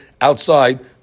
outside